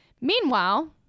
Meanwhile